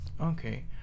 Okay